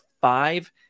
five